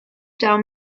down